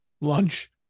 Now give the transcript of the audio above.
lunch